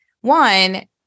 one